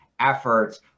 efforts